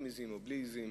עם עזים או בלי עזים.